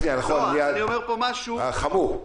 אני אומר פה משהו -- חמור.